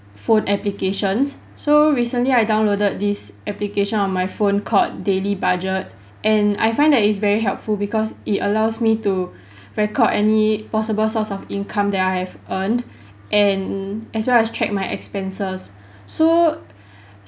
phone applications so recently I downloaded this application on my phone called daily budget and I find that it's very helpful because it allows me to record any possible source of income that I have earned and as well as track my expenses so